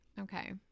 Okay